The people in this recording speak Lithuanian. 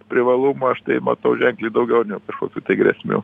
privalumų aš tai matau ženkliai daugiau negu kažkokių grėsmių